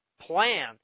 plan